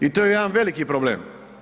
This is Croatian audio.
I to je jedan veliki problem.